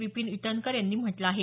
विपिन इटनकर यांनी म्हटलं आहे